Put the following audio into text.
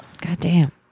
Goddamn